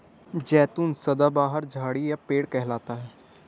जैतून सदाबहार झाड़ी या पेड़ कहलाता है